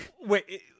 Wait